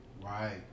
right